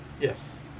Yes